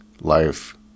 life